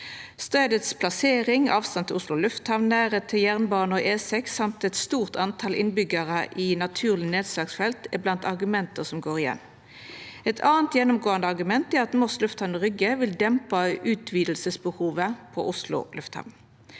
Plasseringa, avstanden til Oslo lufthavn, nærleik til jernbane og E6 og eit stort antal innbyggjarar i naturleg nedslagsfelt er blant argumenta som går igjen. Eit anna gjennomgåande argument er at Moss lufthavn, Rygge vil dempa utvidingsbehovet på Oslo lufthavn.